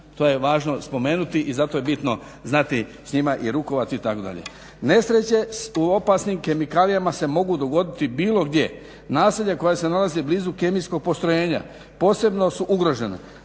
to je važno spomenuti i zato je bitno znati s njima i rukovati itd.. Nesreće u opasnim kemikalijama se mogu dogoditi bilo gdje. Naselja koja se nalaze blizu kemijskog postrojenja posebno su ugrožena